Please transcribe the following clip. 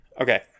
Okay